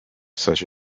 such